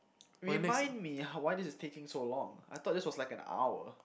remind me h~ why this is taking so long I thought this was like an hour